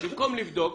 במקום לבדוק,